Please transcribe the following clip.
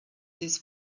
this